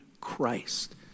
Christ